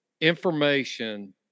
information